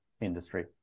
industry